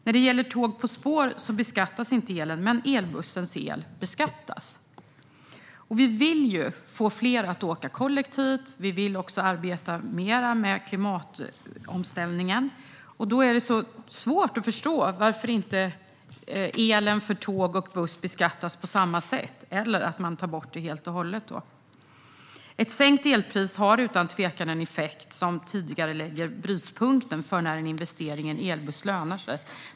När det gäller tåg på spår beskattas inte elen. Men elbussens el beskattas. Vi vill ju få fler att åka kollektivt. Vi vill också arbeta mer med klimatomställningen. Då är det så svårt att förstå varför elen för tåg och buss inte beskattas på samma sätt, eller att man tar bort beskattningen helt och hållet. Ett sänkt elpris har utan tvekan en effekt som tidigarelägger brytpunkten för när en investering i en elbuss lönar sig.